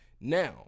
Now